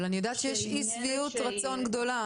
אבל אני יודעת שיש אי-שביעות רצון גדולה,